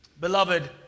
Beloved